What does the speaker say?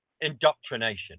indoctrination